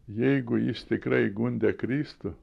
jeigu jis tikrai gundė kristų